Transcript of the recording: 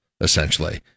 essentially